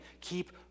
keep